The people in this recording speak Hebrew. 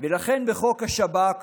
לכן בחוק השב"כ